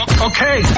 Okay